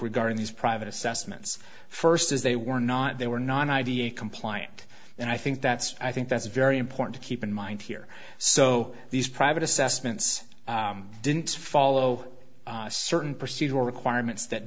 regarding these private assessments first is they were not they were not idea compliant and i think that's i think that's very important to keep in mind here so these private assessments didn't follow certain pursuit or requirements that